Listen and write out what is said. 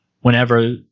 whenever